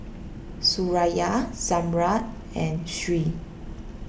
Suraya Zamrud and Sri